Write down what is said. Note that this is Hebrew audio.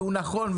שהוא נכון,